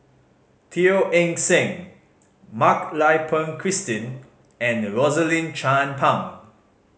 Teo Eng Seng Mak Lai Peng Christine and Rosaline Chan Pang